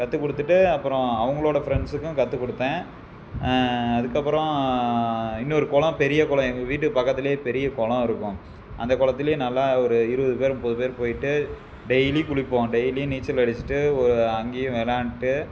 கற்றுக் கொடுத்துட்டு அப்புறம் அவங்களோட ஃப்ரெண்ட்ஸுக்கும் கற்றுக் கொடுத்தேன் அதுக்கப்புறம் இன்னொரு குளம் பெரிய குளம் எங்கள் வீட்டுக்குப் பக்கத்துலேயே பெரிய குளம் இருக்கும் அந்தக் குளத்துலையும் நல்லா ஒரு இருபது பேர் முப்பது பேர் போய்விட்டு டெய்லி குளிப்போம் டெய்லியும் நீச்சல் அடிச்சுட்டு ஒரு அங்கேயும் விளாண்ட்டு